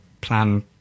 plan